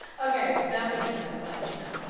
ok. that was negative. but, you know.